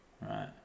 Right